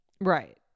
Right